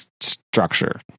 structure